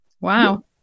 Wow